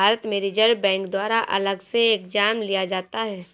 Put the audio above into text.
भारत में Reserve Bank द्वारा अलग से एग्जाम लिया जाता है